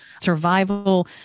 survival